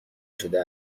شده